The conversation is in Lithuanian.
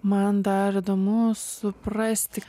man dar įdomu suprasti